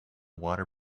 water